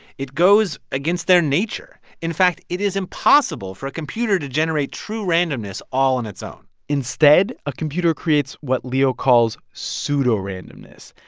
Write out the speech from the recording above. it goes against their nature. in fact, it is impossible for a computer to generate true randomness all on its own instead, a computer creates what leo calls pseudorandomness,